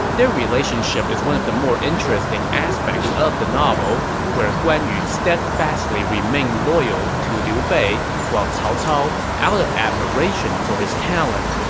their relationship is one of the more interesting aspects of the novel, where guan yu steadfastly remained loyal to liu bei while cao cao, out of admiration for his talents,